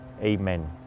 Amen